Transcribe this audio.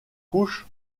couches